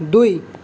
দুই